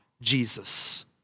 Jesus